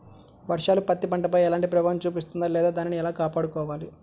వర్షాలు పత్తి పంటపై ఎలాంటి ప్రభావం చూపిస్తుంద లేదా దానిని ఎలా కాపాడుకోవాలి?